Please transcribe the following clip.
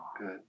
Good